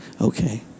Okay